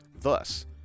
thus